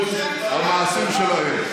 במעשים שלהם.